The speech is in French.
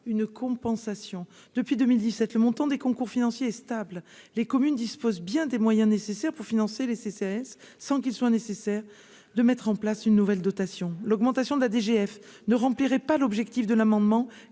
une compensation depuis 2017, le montant des concours financier stable, les communes disposent bien des moyens nécessaires. Pour financer les CCAS, sans qu'il soit nécessaire de mettre en place une nouvelle dotation l'augmentation de la DGF ne rempliraient pas l'objectif de l'amendement,